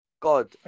God